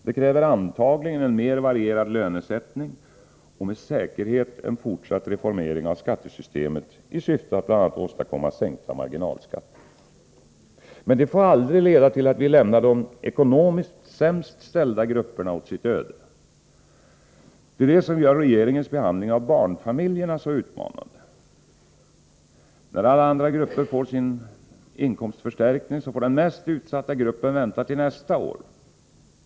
Det kräver antagligen en mer varierad lönesättning och med säkerhet en fortsatt reformering av skattesystemet i syfte att bl.a. åstadkomma sänkta marginalskatter. Men det får aldrig leda till att vi lämnar de ekonomiskt sämst ställda grupperna åt sitt öde. Det är det som gör regeringens behandling av barnfamiljerna så utmanande. När alla andra grupper får sina inkomstför stärkningar, måste den mest utsatta gruppen vänta till nästa år.